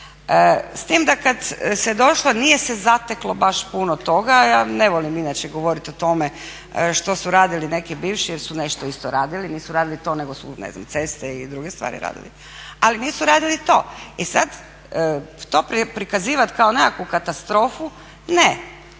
S tim da kad se došlo nije se zateklo baš puno toga. Ja ne volim inače govoriti o tome što su radili neki bivši jer su nešto isto radili, nisu radili to nego su ne znam ceste i druge stvari radili, ali nisu radili to. I sad to prikazivati kao nekakvu katastrofu, ne.